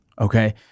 Okay